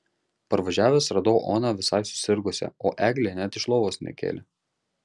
parvažiavęs radau oną visai susirgusią o eglė net iš lovos nekėlė